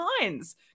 minds